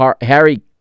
Harry